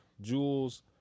jewels